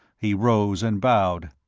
he rose and bowed.